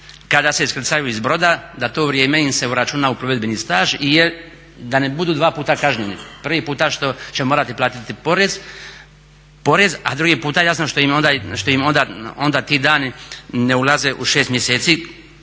kad se iskrcaju iz broja da to vrijeme im se uračuna u plovidbeni staž i da ne budu dva puta kažnjeni, prvi puta što će morati platiti porez a drugi puta jasno što im onda ti dani ne ulaze u 6 mjeseci